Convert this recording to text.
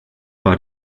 war